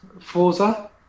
Forza